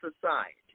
society